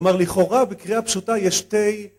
‫כלומר, לכאורה, בקריאה פשוטה, ‫יש שתי...